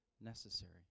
necessary